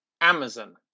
Amazon